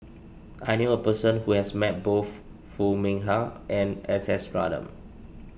I knew a person who has met both Foo Mee Har and S S Ratnam